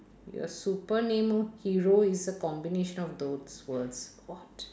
your super name hero is a combination of those words what